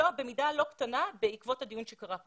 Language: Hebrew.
ובמידה לא קטנה בעקבות הדיון שהתקיים כאן.